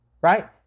Right